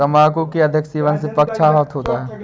तंबाकू के अधिक सेवन से पक्षाघात होता है